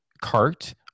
cart